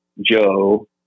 Joe